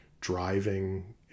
driving